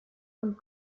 und